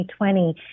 2020